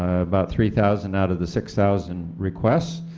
about three thousand out of the six thousand requests.